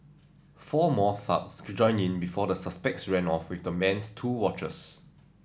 four more thugs joined in before the suspects ran off with the man's two watches